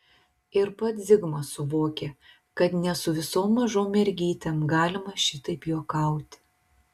ir pats zigmas suvokė kad ne su visom mažom mergytėm galima šitaip juokauti